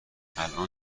الان